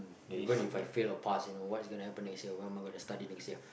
even If I fail or pass you know what is going to happen next year what am I gonna study next year